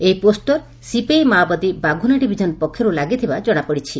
ଏହି poster CPI ମାଓବାଦୀ Baghuna division ପକ୍ଷରୁ ଲାଗିଥିବା ଜଣାପଡ଼ିଛି